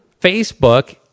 Facebook